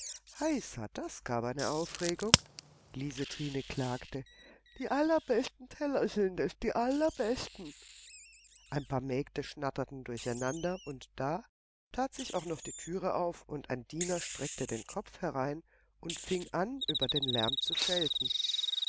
heisa gab das eine aufregung liesetrine klagte die allerbesten teller sind es die allerbesten ein paar mägde schnatterten durcheinander und da tat sich auch noch die türe auf und ein diener streckte den kopf herein und fing an über den lärm zu schelten